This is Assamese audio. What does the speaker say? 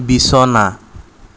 বিছনা